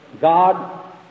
God